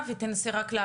ואם זה נכון מה שאני אומר,